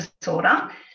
disorder